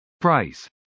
Price